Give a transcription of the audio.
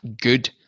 good